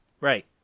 Right